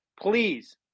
Please